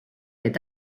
est